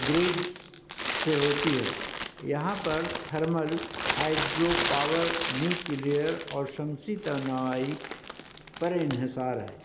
grade سے ہوتی ہے یہاں پر تھرمل ہائیڈرو پاور نیوکلیئر اور شمسی توانائی پر انحصار ہے